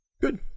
Good